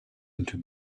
into